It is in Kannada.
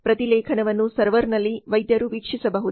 ಪ್ರತಿಲೇಖನವನ್ನು ಸರ್ವರ್ನಲ್ಲಿ ವೈದ್ಯರು ವೀಕ್ಷಿಸಬಹುದು